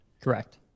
Correct